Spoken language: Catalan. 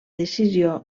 decisió